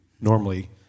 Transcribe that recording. normally